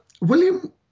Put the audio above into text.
William